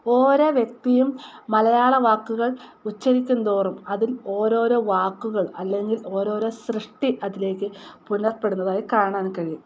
ഓരോ വ്യക്തിയും മലയാള വാക്കുകൾ ഉച്ചരിക്കുംതോറും അതും ഓരോരോ വാക്കുകൾ അല്ലെങ്കിൽ ഓരോരോ സൃഷ്ടി അതിലേക്ക് പുനർപ്പെടുന്നതായി കാണാൻ കഴിയും